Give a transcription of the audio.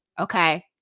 Okay